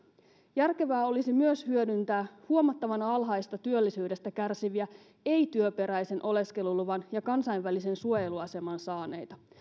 järkevää olisi myös hyödyntää huomattavan alhaisesta työllisyydestä kärsiviä ei työperäisen oleskeluluvan ja kansainvälisen suojeluaseman saaneita